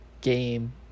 game